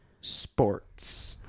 sports